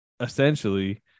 essentially